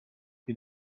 den